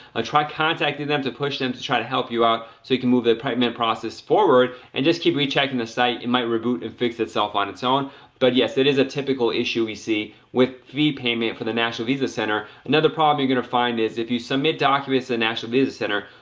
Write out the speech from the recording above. ah try contacting them to push them to try to help you out. so you can move the payment process forward and just keep re-checking the site, t and might reboot and fix itself on its own but yes, it is a typical issue. we see with fee payment for the national visa center. another problem you're going to find is if you submit documents the national visa center,